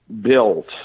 built